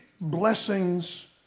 blessings